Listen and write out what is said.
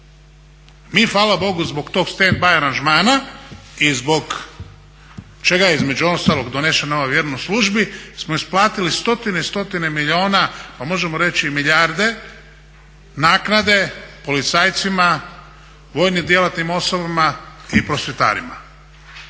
Mi hvala Bogu zbog tog stand by aranžmana i zbog čega je između ostalog donesena ova vjernost službi smo isplatili stotine i stotine milijuna, a možemo reći i milijarde naknade policajcima, vojnim djelatnim osobama i prosvjetarima